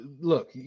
Look